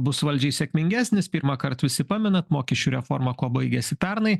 bus valdžiai sėkmingesnis pirmąkart visi pamenat mokesčių reforma kuo baigėsi pernai